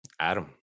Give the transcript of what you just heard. Adam